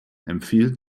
empfiehlt